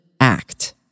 act